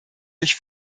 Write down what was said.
durch